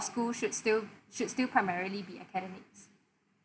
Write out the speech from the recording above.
school should still should still primarily be academics